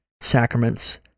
sacraments